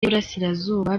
y’iburasirazuba